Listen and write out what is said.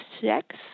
sex